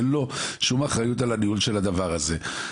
אין לו שום אחריות על הניהול של הדבר הזה.